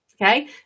okay